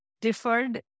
deferred